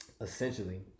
essentially